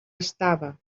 estava